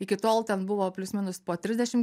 iki tol ten buvo plius minus po trisdešim